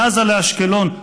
מעזה לאשקלון.